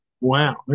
Wow